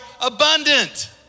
abundant